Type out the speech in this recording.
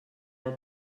our